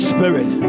Spirit